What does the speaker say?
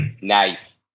Nice